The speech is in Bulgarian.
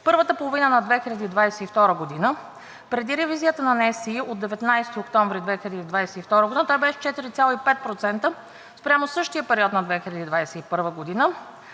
за първата половина на 2022 г. преди ревизията на НСИ от 19 октомври 2022 г. той беше 4,5% спрямо същия период на 2021 г.,